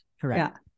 correct